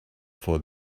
for